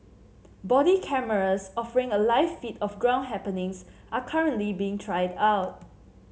body cameras offering a live feed of ground happenings are currently being tried out